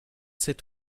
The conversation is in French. sept